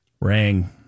Rang